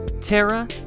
Tara